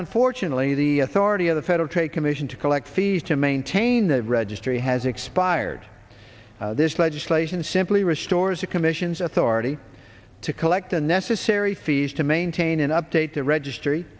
unfortunately the authority of the federal trade commission to collect fees to maintain the registry has expired this legislation simply restores the commission's authority to collect unnecessary fees to maintain and update the registry